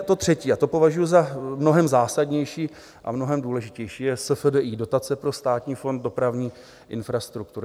To třetí, a to považuji za mnohem zásadnější a mnohem důležitější, je SFDI, dotace pro Státní fond dopravní infrastruktury.